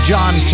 John